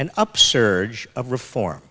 an upsurge of reform